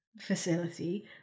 facility